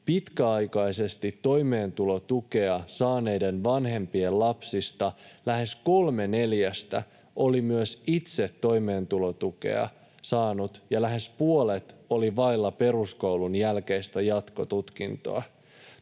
pitkäaikaisesti toimeentulotukea saaneiden vanhempien lapsista lähes kolme neljästä oli myös itse toimeentulotukea saanut ja lähes puolet oli vailla peruskoulun jälkeistä jatkotutkintoa.